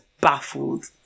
baffled